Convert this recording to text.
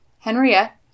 Henriette